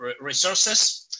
resources